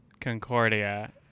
Concordia